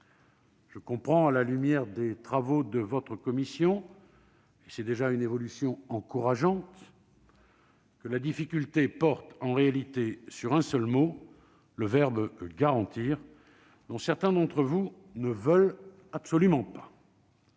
Je comprends, à la lumière des travaux de votre commission- et c'est déjà une évolution encourageante -, que la difficulté porte en réalité sur un seul mot, le verbe « garantir », dont certains d'entre vous ne veulent absolument pas.